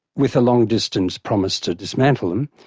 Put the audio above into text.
with a long-distance promise to dismantle them,